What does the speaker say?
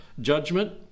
judgment